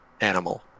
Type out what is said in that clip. animal